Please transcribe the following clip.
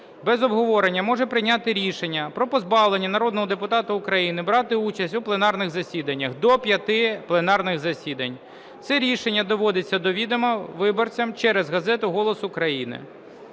без обговорення може прийняти рішення про позбавлення народного депутата України брати участь у пленарних засіданнях до п'яти пленарних засідань. Це рішення доводиться до відома виборцям через газету "Голос України".